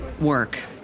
work